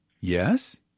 Yes